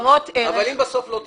ניירות ערך -- מה אם בסוף לא תדעי?